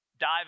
Dive